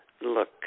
look